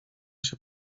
się